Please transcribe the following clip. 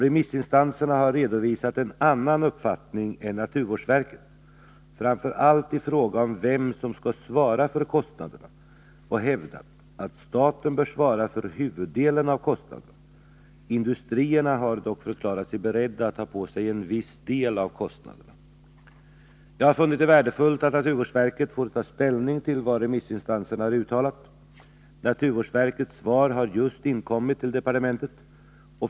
Remissinstanserna har redovisat en annan uppfattning än naturvårdsverket, framför allt i fråga om vem som skall svara för kostnaderna, och hävdat att staten bör svara för huvuddelen av kostnaderna. Industrierna har dock förklarat sig beredda att ta på sig en viss del av kostnaderna. Jag har funnit det värdefullt att naturvårdsverket får ta ställning till vad remissinstanserna har uttalat. Naturvårdsverkets svar har just inkommit till departementet.